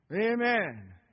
Amen